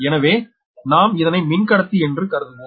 எனவே நாம் இதனை மின்கடத்தி என்று கருதுவோம்